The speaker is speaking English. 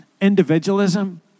individualism